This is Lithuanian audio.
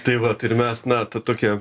tai vat ir mes na ta tokia